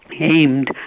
aimed